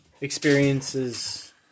Experiences